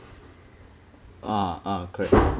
ah ah correct